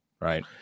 right